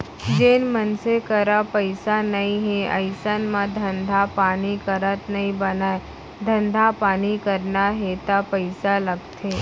जेन मनसे करा पइसा नइ हे अइसन म धंधा पानी करत नइ बनय धंधा पानी करना हे ता पइसा लगथे